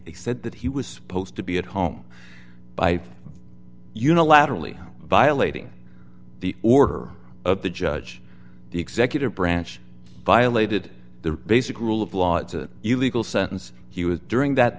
said that he was supposed to be at home by unilaterally violating the order of the judge the executive branch violated the basic rule of law it's an illegal sentence he was during that